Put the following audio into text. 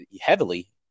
heavily